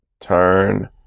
Turn